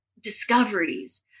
discoveries